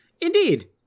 Indeed